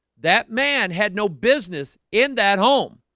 that man had no business in that home,